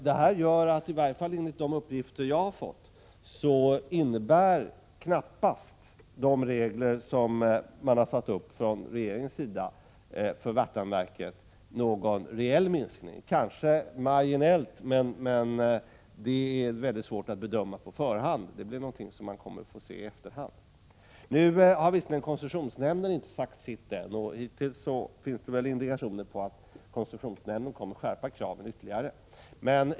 Detta innebär, i varje fall enligt de uppgifter jag har fått, knappast att de regler som regeringen har satt upp för Värtaverket medför någon reell minskning — det kan möjligen bli en marginell minskning. Det är mycket svårt att bedöma detta på förhand, utan det visar sig i efterhand. Koncessionsnämnden har visserligen inte sagt sitt ännu, och det finns hittills indikationer på att nämnden kommer att skärpa kraven ytterligare.